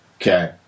okay